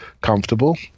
comfortable